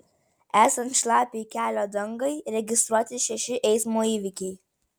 esant šlapiai kelio dangai registruoti šeši eismo įvykiai